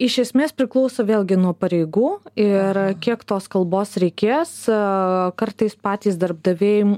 iš esmės priklauso vėlgi nuo pareigų ir kiek tos kalbos reikės o kartais patys darbdaviai